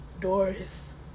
Doris